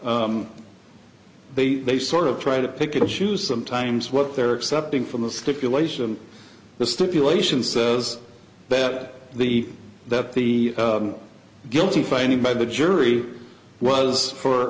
shouldn't they they sort of try to pick and choose sometimes what they're accepting from the stipulation the stipulation says that the that the guilty finding by the jury was for